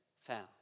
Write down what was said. found